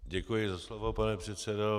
Děkuji za slovo, pane předsedo.